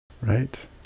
Right